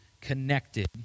connected